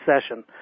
session